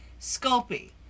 Sculpey